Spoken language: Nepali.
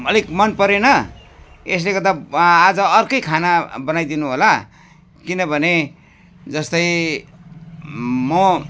अलिक मनपरेन यसले गर्दा आज अर्कै खाना बनाइदिनु होला किनभने जस्तै म